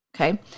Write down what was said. okay